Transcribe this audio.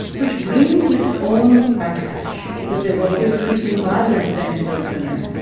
which brings its own backlash, because there's also increasing violence then towards women,